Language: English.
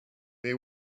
they